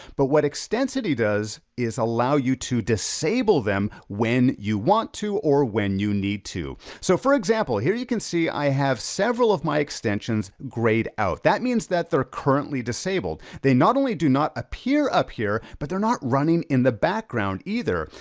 but what extensity does, is allow you to disable them, when you want to, or when you need to. so for example, here you can see i have several of my extensions grayed out. that means that they're currently disabled. they not only do not appear up here, but they're not running in the back ground either.